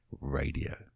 Radio